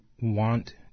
want